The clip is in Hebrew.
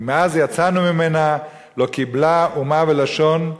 כי מאז יצאנו ממנה לא קיבלה אומה ולשון,